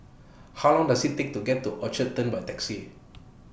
How Long Does IT Take to get to Orchard Turn By Taxi